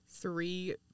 three